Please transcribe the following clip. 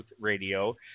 Radio